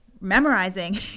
memorizing